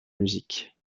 musique